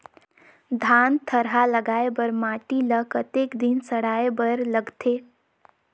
धान थरहा लगाय बर माटी ल कतेक दिन सड़ाय बर लगथे?